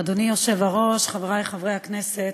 אדוני היושב-ראש, חברי חברי הכנסת,